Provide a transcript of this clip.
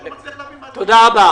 תודה.